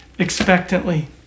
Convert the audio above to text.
Expectantly